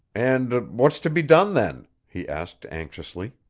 and what's to be done, then? he asked anxiously.